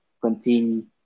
continue